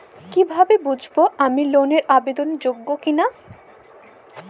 কীভাবে বুঝব আমি লোন এর আবেদন যোগ্য কিনা?